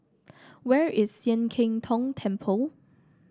where is Sian Keng Tong Temple